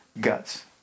guts